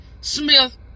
Smith